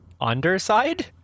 underside